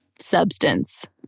substance